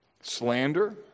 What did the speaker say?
Slander